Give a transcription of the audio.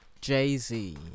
Jay-Z